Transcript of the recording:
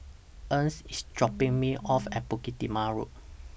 Ernst IS dropping Me off At Bukit Timah Road